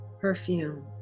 perfume